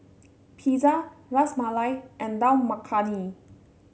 Pizza Ras Malai and Dal Makhani